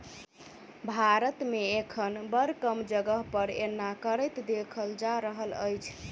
भारत मे एखन बड़ कम जगह पर एना करैत देखल जा रहल अछि